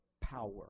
power